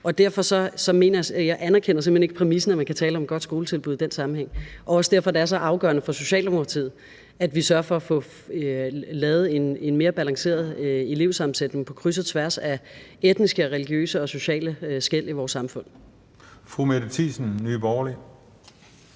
jeg simpelt hen ikke præmissen om, at man kan tale om et godt skoletilbud i den sammenhæng. Det er også derfor, det er så afgørende for Socialdemokratiet, at vi sørger for at få lavet en mere balanceret elevsammensætning på kryds og tværs af etniske, religiøse og sociale skel i vores samfund. Kl. 10:30 Den fg. formand